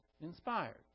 inspired